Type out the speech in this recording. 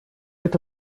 это